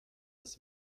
das